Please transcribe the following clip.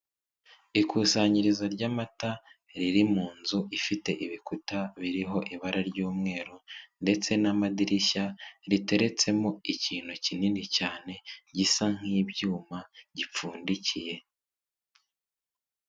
Ikusanyirizo ry'amata, riri mu nzu ifite ibikuta biriho ibara ry'umweru, ndetse n'amadirishya riteretsemo ikintu kinini cyane, gisa nk'ibyuma gipfundikiye.